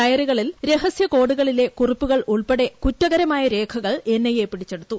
ഡയറികളിൽ രഹസ്യക്കോ്ഡുകളിലെ കുറിപ്പുകളുൾപ്പെടെ കുറ്റകരമായ രേഖകൾ ്എൻ ഐ എ പിടിച്ചെടുത്തു